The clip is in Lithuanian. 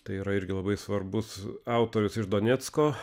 tai yra irgi labai svarbus autorius iš donecko